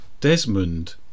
Desmond